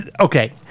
Okay